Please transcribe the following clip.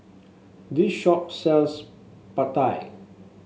this shop sells Pad Thai